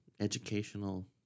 educational